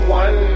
one